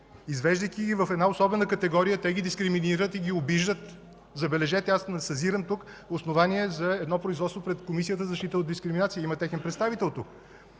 Извеждайки ги в особена категория, те ги дискриминират и обиждат. Забележете, аз не съзирам тук основания за производство пред Комисията за защита от дискриминация. Тук има техен представител.